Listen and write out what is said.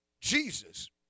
Jesus